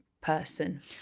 person